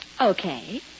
Okay